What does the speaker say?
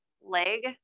leg